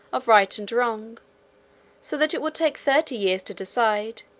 of right and wrong so that it will take thirty years to decide,